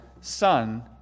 Son